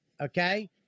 Okay